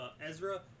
ezra